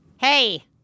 Hey